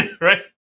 right